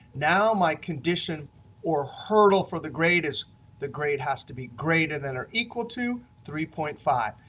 now my condition or hurdle for the grade is the grade has to be greater than or equal to three point five.